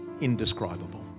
indescribable